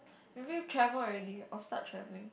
maybe travel already or start travelling